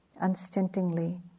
unstintingly